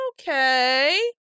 okay